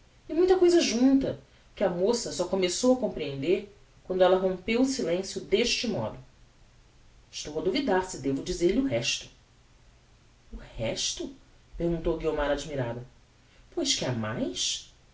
e muita cousa junta que a moça só começou a comprehender quando ella rompeu o silencio deste modo estou a duvidar se devo dizer-lhe o resto o resto perguntou guiomar admirada pois que ha mais